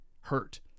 hurt